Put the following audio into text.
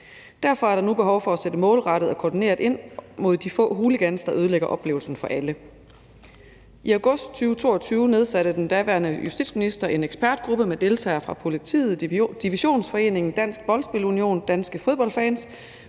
Derfor er der nu behov for at sætte målrettet og koordineret ind mod de få hooligans, der ødelægger oplevelsen for alle. I august 2022 nedsatte den daværende justitsminister en ekspertgruppe med deltagere fra politiet, Divisionsforeningen, Dansk Boldspil-Union, Danske Fodboldfans,